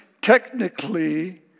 technically